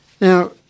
Now